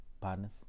Partners